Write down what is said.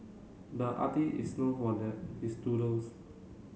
the is known for their his doodles